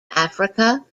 africa